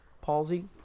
palsy